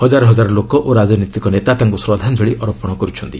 ହଜାର ହଜାର ଲୋକ ଓ ରାଜନୈତିକ ନେତା ତାଙ୍କୁ ଶ୍ରଦ୍ଧାଞ୍ଚଳି ଅର୍ପଣ କରୁଛନ୍ତି